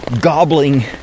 gobbling